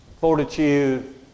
fortitude